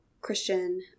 Christian